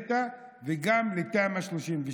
שהעלית וגם לתמ"א 38,